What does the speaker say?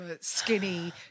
skinny